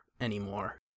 anymore